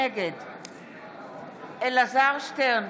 נגד אלעזר שטרן,